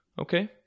Okay